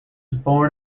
born